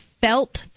felt